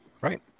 Right